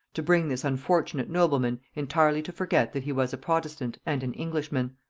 to bring this unfortunate nobleman entirely to forget that he was a protestant and an englishman.